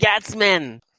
Gatsman